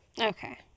Okay